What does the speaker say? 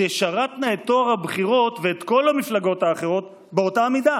תשרתנה את טוהר הבחירות ואת כל המפלגות האחרות באותה מידה.